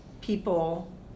people